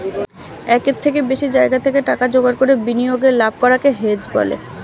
একের থেকে বেশি জায়গা থেকে টাকা জোগাড় করে বিনিয়োগে লাভ করাকে হেজ বলে